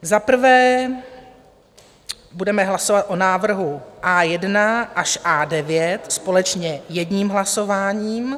Za prvé budeme hlasovat o návrhu A1 až A9 společně jedním hlasováním.